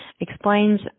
explains